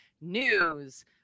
news